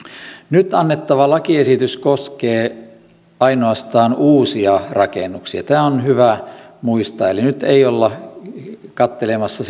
nyt annettava lakiesitys koskee ainoastaan uusia rakennuksia tämä on hyvä muistaa eli nyt ei olla katselemassa